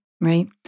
right